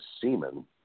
semen